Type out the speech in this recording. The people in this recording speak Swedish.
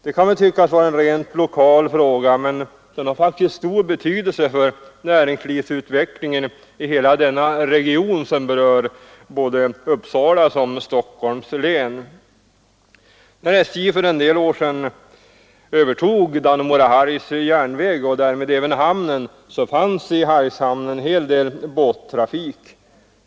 Det kan väl tyckas vara en rent lokal fråga, men den har faktiskt stor betydelse för näringslivsutvecklingen i hela denna region, som berör såväl Uppsala som Stockholms län. När SJ för en del år sedan övertog Dannemora—Hargs järnväg och därmed även hamnen, så fanns i Hargshamn en hel del båttrafik.